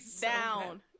down